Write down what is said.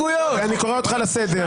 אני קורא אותך לסדר.